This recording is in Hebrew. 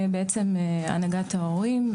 הנהגת ההורים,